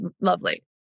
lovely